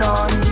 on